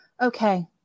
Okay